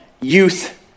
youth